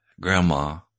grandma